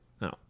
No